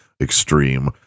extreme